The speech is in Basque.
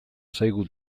zaigu